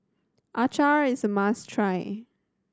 is a must try